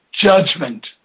judgment